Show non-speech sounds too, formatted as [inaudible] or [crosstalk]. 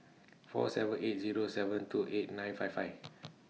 four seven eight Zero seven two eight nine five five [noise]